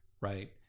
right